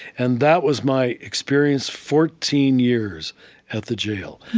and that was my experience, fourteen years at the jail.